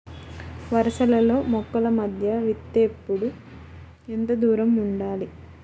వరసలలో మొక్కల మధ్య విత్తేప్పుడు ఎంతదూరం ఉండాలి?